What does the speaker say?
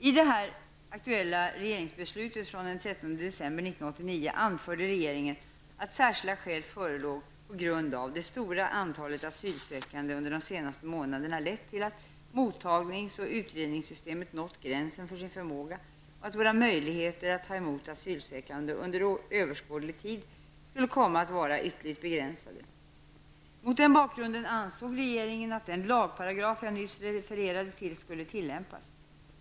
I de här aktuella regeringsbesluten från den 13 december 1989 anförde regeringen att särskilda skäl förelåg på grund av att det stora antalet asylsökande under de senaste månaderna lett till att mottagnings och utredningssystemet nått gränsen för sin förmåga och att våra möjligheter att ta emot asylsökande under överskådlig tid skulle komma att vara ytterligt begränsade. Mot den bakgrunden ansåg regeringen att den lagparagraf jag nyss refererade till skulle tillämpas.